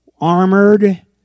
armored